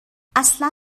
اصلا